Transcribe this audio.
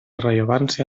rellevància